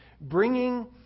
bringing